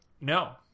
No